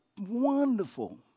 wonderful